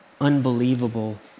unbelievable